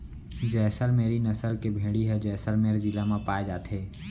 जैसल मेरी नसल के भेड़ी ह जैसलमेर जिला म पाए जाथे